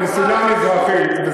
המסילה המזרחית,